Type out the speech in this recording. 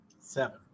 Seven